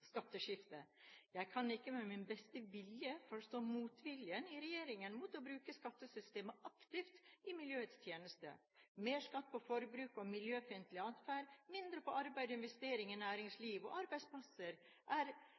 Jeg kan ikke med min beste vilje forstå motviljen i regjeringen mot å bruke skattesystemet aktivt i miljøets tjeneste. Mer skatt på forbruk og miljøfiendtlig adferd, mindre på arbeid og investering i næringsliv og arbeidsplasser er